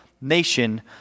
nation